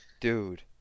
Dude